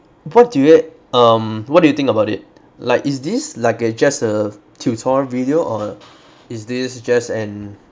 what do you um what do you think about it like is this like a just a tutorial video or is this just an